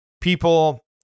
people